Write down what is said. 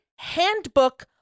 Handbook